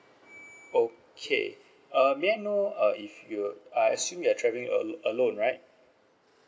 okay um may I know uh if you I assume you are travelling a~ alone right